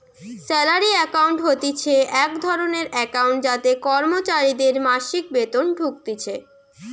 salary account হতিছে এক ধরণের একাউন্ট যাতে কর্মচারীদের মাসিক বেতন ঢুকতিছে